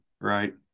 right